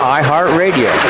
iHeartRadio